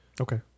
Okay